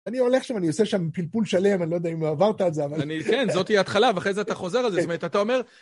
אני הולך שם, אני עושה שם פלפול שלם, אני לא יודע אם עברת את זה אבל... אני... כן, זאת הייתה התחלה, ואחרי זה אתה חוזר על זה, זאת אומרת, אתה אומר...